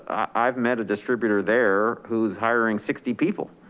i've met a distributor there who's hiring sixty people